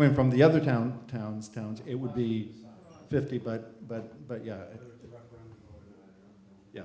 i mean from the other town towns towns it would be fifty but but but yeah yeah